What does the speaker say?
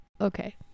okay